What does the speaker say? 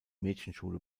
mädchenschule